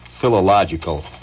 philological